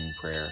prayer